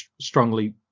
strongly